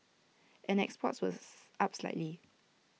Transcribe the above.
and exports was up slightly